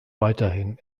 weiterhin